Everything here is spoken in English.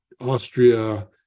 Austria